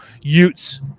Ute's